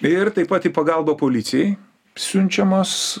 ir taip pat į pagalbą policijai siunčiamos